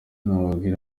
nababwira